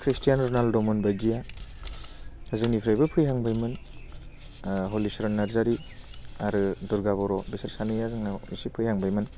खृष्टियान रणालडमोन बायदिया जोंनिफ्रायबो फैहांबायमोन हलिचरन नारजारि आरो दुर्गा बर' बिसोर सानैया जोंनाव एसे फैहांबायमोन